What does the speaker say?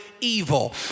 evil